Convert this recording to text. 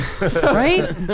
Right